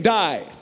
die